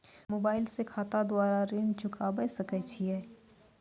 Mobile से खाता द्वारा ऋण चुकाबै सकय छियै?